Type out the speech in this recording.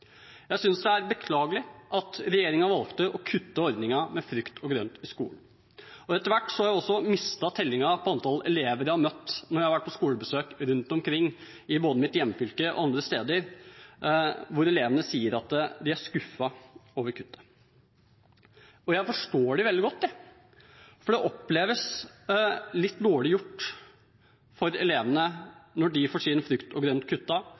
Jeg synes det er beklagelig at regjeringen valgte å kutte ordningen med frukt og grønt i skolen, og etter hvert har jeg også mistet tellingen på antall elever jeg har møtt når jeg har vært på skolebesøk rundt omkring, både i mitt hjemfylke og andre steder, som sier at de er skuffet over kuttet. Jeg forstår dem veldig godt, for det oppleves som litt dårlig gjort for elevene når de får sin frukt og grønt